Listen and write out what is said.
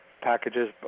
packages